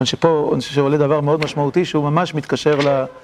אני חושב שפה עולה דבר מאוד משמעותי שהוא ממש מתקשר ל...